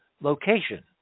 location